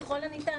ככל הניתן,